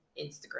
Instagram